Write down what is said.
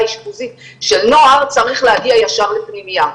אשפוזית של נוער צריך להגיע ישר לפנימייה.